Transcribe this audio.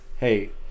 Hey